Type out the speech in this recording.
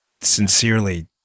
sincerely